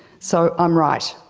so, i'm right.